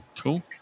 Cool